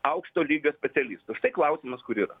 aukšto lygio specialistų štai klausimas kur yra